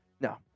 No